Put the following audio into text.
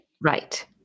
Right